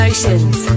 Emotions